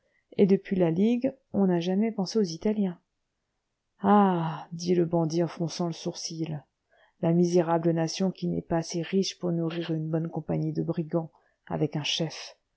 et depuis la ligue on n'a jamais pensé aux italiens ah dit le bandit en fronçant le sourcil la misérable nation qui n'est pas assez riche pour nourrir une bonne compagnie de brigands avec un chef